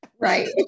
right